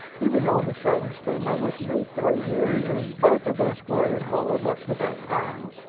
he was on the same steamer with me three years, and both of us were at home up to that time.